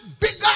bigger